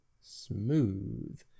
Smooth